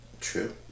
True